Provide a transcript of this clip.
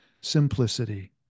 simplicity